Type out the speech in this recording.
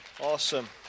Awesome